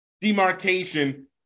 demarcation